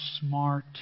smart